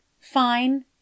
fine